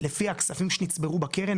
לפי הכספים שנצברו בקרן,